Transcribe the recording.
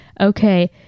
okay